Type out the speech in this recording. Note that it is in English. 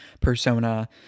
persona